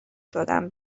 شدم